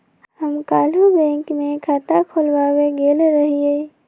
हम काल्हु बैंक में खता खोलबाबे गेल रहियइ